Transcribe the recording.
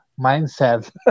mindset